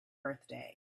birthday